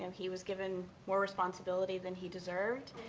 and he was given more responsibility than he deserved.